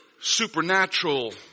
supernatural